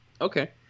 okay